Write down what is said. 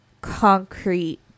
concrete